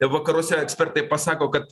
vakaruose ekspertai pasako kad